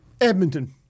Edmonton